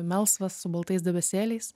melsvas su baltais debesėliais